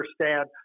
understand